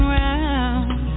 round